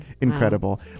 incredible